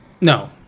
no